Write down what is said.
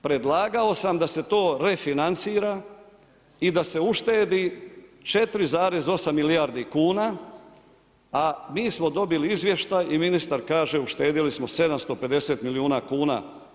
Predlagao sam da se to refinancira i da se uštedi 4,8 milijardi kuna, a mi smo dobili izvještaj i ministar kaže uštedili smo 750 milijuna kuna.